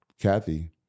Kathy